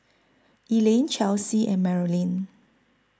Elaine Chelsey and Marolyn